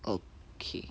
okay